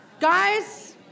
guys